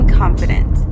confident